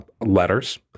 letters